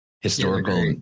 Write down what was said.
historical